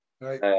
Right